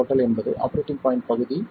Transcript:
VDS என்பது operating point பகுதி 4